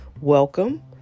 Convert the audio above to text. Welcome